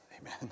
Amen